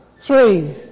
three